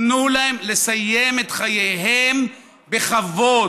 תנו להם לסיים את חייהם בכבוד.